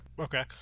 Okay